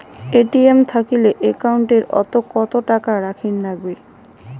ATM থাকিলে account ওত কত টাকা রাখীর নাগে?